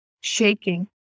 shaking